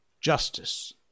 justice